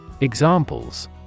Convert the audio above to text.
Examples